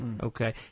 Okay